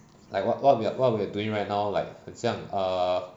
like what what we are what we are doing right now like 很像 err